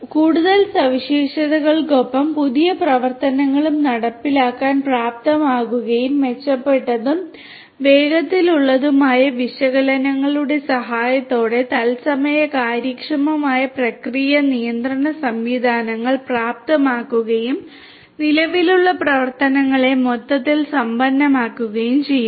കൂടുതൽ സവിശേഷതകൾക്കൊപ്പം പുതിയ പ്രവർത്തനങ്ങളും നടപ്പിലാക്കാൻ പ്രാപ്തമാക്കുകയും മെച്ചപ്പെട്ടതും വേഗത്തിലുള്ളതുമായ വിശകലനങ്ങളുടെ സഹായത്തോടെ തത്സമയ കാര്യക്ഷമമായ പ്രക്രിയ നിയന്ത്രണ സംവിധാനങ്ങൾ പ്രാപ്തമാക്കുകയും നിലവിലുള്ള പ്രവർത്തനങ്ങളെ മൊത്തത്തിൽ സമ്പന്നമാക്കുകയും ചെയ്യുന്നു